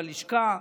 בלשכה.